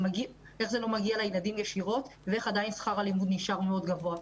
איך זה לא מגיע לילדים ישירות ואיך עדיין שכר הלימוד נשאר מאוד גבוה?